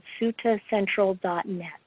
suttacentral.net